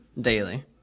daily